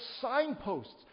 signposts